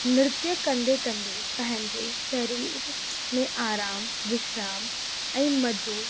नृत्य कंदे कंदे पंहिंजे शरीर में आराम विश्राम ऐं मज़ो